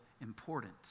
important